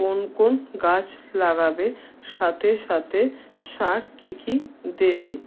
কোন কোন গাছ লাগাবে সাথে সাথে সার কী কী দেবে